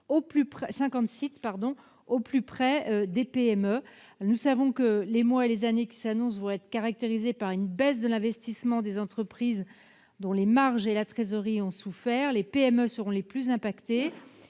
sites au plus près des PME. Nous savons que les mois et années qui s'annoncent se caractériseront par une baisse de l'investissement des entreprises, dont les marges et la trésorerie ont souffert. Les PME seront les plus touchées